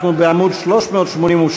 אנחנו בעמוד 382,